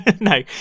no